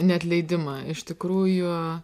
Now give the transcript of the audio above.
neatleidimą iš tikrųjų